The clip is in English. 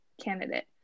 candidate